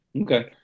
okay